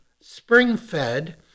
spring-fed